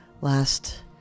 last